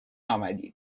آمدید